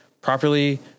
properly